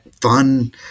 fun